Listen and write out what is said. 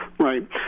Right